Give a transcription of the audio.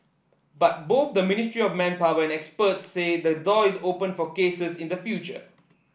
but both the Ministry of Manpower and experts say the door is open for cases in the future